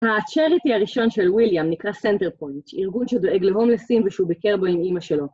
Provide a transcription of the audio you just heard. ה-charity הראשון של וויליאם נקרא centrepoint, ארגון שדואג להומלסים ושהוא ביקר בו עם אימא שלו